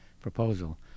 Proposal